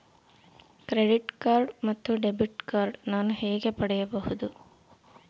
Credit card ಮತ್ತು debit card ನಾನು ಹೇಗೆ ಪಡೆಯಬಹುದು?